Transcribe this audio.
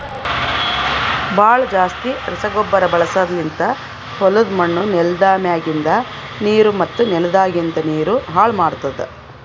ಭಾಳ್ ಜಾಸ್ತಿ ರಸಗೊಬ್ಬರ ಬಳಸದ್ಲಿಂತ್ ಹೊಲುದ್ ಮಣ್ಣ್, ನೆಲ್ದ ಮ್ಯಾಗಿಂದ್ ನೀರು ಮತ್ತ ನೆಲದಾಗಿಂದ್ ನೀರು ಹಾಳ್ ಮಾಡ್ತುದ್